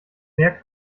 mehr